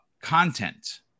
content